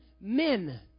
men